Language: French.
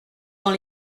dans